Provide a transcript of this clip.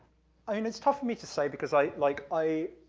i mean it's tough for me to say, because i, like, i